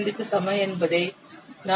05 க்கு சமம் என்பதை நாம் அறிவோம்